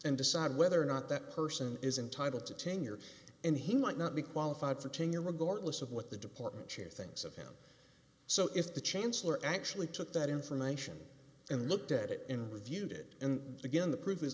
and decide whether or not that person is entitled to tenure and he might not be qualified for tenure regardless of what the department chair thinks of him so if the chancellor actually took that information and looked at it in with viewed it and again the pr